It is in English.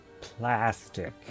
plastic